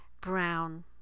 brown